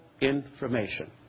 information